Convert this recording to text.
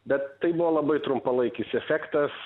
bet tai buvo labai trumpalaikis efektas